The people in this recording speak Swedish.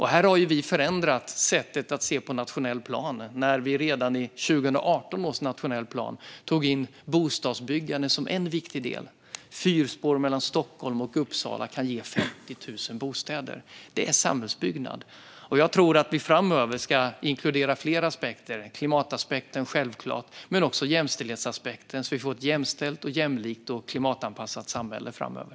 Här har vi förändrat sättet att se på nationell plan när vi redan i 2018 års nationella plan tog in bostadsbyggande som en viktig del. Fyrspår mellan Stockholm och Uppsala kan ge 50 000 bostäder. Det är samhällsbyggnad. Jag tror att vi framöver ska inkludera fler aspekter. Klimaspekten är självklar, men det gäller också jämställdhetsaspekten så att vi får ett jämställt, jämlikt och klimatanpassat samhälle framöver.